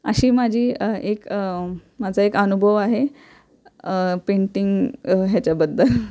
अशी माझी एक माझा एक अनुभव आहे पेंटिंग ह्याच्याबद्दल